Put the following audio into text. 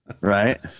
Right